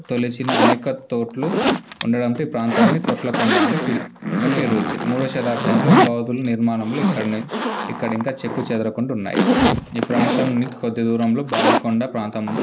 తొలిచిన అనేక తూట్లు ఉండడంతో ఈ ప్రాంతాన్ని తొట్లకుండ అని పి అనే పేరు వచ్చింది మూడవ శతాబ్దంలో బౌద్ధులు నిర్మాణాలు ఇక్కడే ఇక్కడ ఇంకా చెక్కు చెదరకుండా ఉన్నాయి ఈ ప్రాంతం నుండి కొద్ది దూరంలో బావికొండ ప్రాంతం